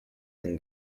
then